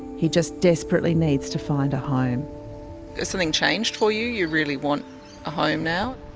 he just desperately needs to find a home. has something changed for you, you really want a home now?